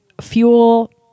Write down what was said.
fuel